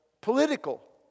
political